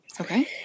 Okay